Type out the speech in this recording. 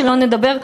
שלא לדבר,